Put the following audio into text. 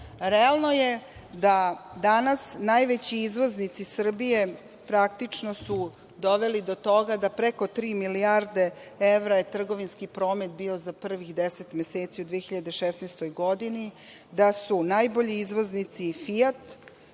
Realno je da danas najveći izvoznici Srbije, praktično su doveli do toga da preko tri milijarde evra je trgovinski promet bio za prvih 10 meseci u 2016. godini, da su najbolji izvoznici „Fijat“,